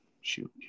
Shoot